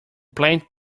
plant